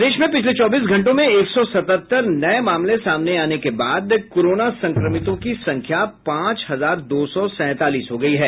प्रदेश में पिछले चौबीस घंटों में एक सौ सतहत्तर नये मामले सामने आने के बाद कोरोना संक्रमितों की संख्या पांच हजार दो सौ सैंतालीस हो गयी है